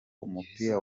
umupira